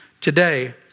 today